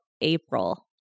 april